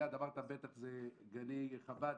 שבטח זה גני חב"ד,